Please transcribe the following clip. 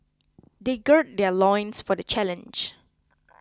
they gird their loins for the challenge